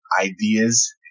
ideas